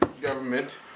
Government